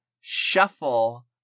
shuffle